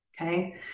okay